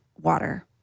water